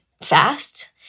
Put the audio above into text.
fast